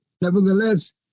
nevertheless